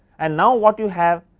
and now what you have,